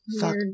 fuck